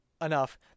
enough